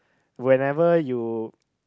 whenever you